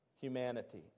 humanity